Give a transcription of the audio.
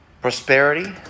Prosperity